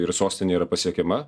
ir sostinė yra pasiekiama